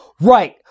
right